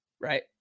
right